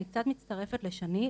אני קצת מצטרפת לשני,